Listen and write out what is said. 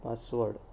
password